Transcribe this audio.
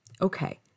okay